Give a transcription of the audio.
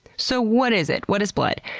so, what is it? what is blood?